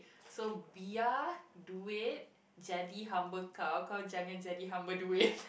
so biar duit jadi hamba kau kau jangan jadi hamba duit